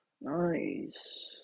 nice